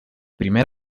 primer